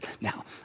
Now